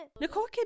nicole